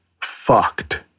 fucked